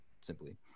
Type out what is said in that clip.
simply